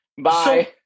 Bye